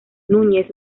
núñez